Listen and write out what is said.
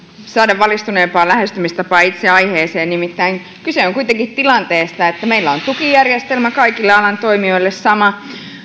saada valistuneempaa lähestymistapaa itse aiheeseen nimittäin kyse on kuitenkin tilanteesta että meillä on tukijärjestelmä kaikille alan toimijoille sama